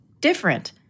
Different